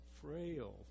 frail